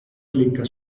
clicca